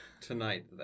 tonight